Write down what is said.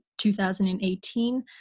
2018